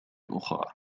أخرى